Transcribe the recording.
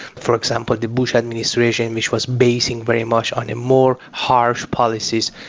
for example, the bush administration which was basing very much on more harsh policies.